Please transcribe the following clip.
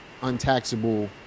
untaxable